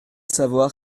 savoir